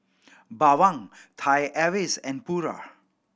Bawang Thai Airways and Pura